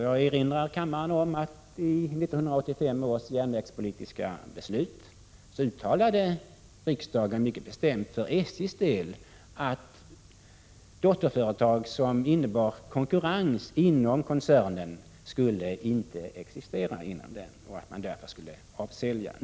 Jag erinrar kammaren om att riksdagen i 1985 års järnvägspolitiska beslut för SJ:s del mycket bestämt uttalat att dotterföretag som innebar konkurrens inom koncernen inte skulle få existera. Dessa skulle därför säljas.